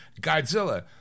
Godzilla